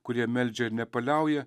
kurie meldžia nepaliauja